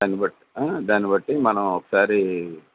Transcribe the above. దాన్ని బట్ దాన్ని బట్టి మనం ఒకసారి